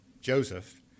Joseph